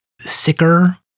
sicker